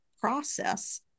process